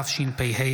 התשפ"ה